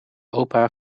opa